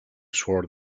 swore